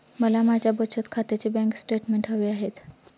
मला माझ्या बचत खात्याचे बँक स्टेटमेंट्स हवे आहेत